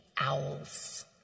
owls